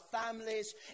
families